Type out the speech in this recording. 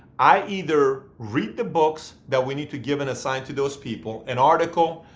i either read the books that we need to give and assign to those people, an article,